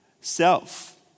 self